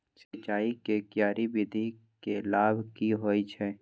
सिंचाई के क्यारी विधी के लाभ की होय छै?